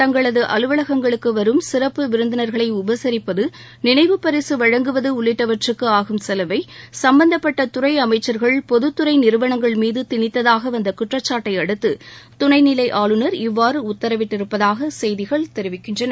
தங்களது அலுவலகங்களுக்கு வரும் சிறப்பு விருந்தினர்களை உபசரிப்பது நினைவுப்பரிசு வழங்குவது உள்ளிட்டவற்றுக்கு ஆகும் செலவை சம்பந்தப்பட்ட துறை அமைச்சர்கள் பொதுத்துறை நிறுவனங்கள்மீது திணித்தாக வந்த குற்றச்சாட்டை அடுத்து துணைநிலை ஆளுநர் இவ்வாறு உத்தரவிட்டிருப்பதாக செய்திகள் தெரிவிக்கின்றன